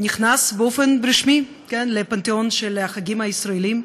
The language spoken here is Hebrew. נכנס באופן רשמי לפנתיאון של החגים הישראליים.